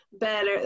better